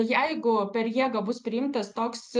jeigu per jėgą bus priimtas toks